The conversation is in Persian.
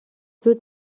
زود